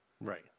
Right